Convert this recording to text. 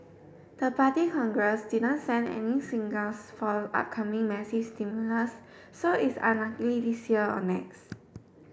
the Party Congress didn't send any signals for upcoming massive stimulus so it's unlikely this year or next